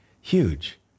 Huge